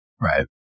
Right